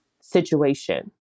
situation